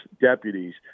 deputies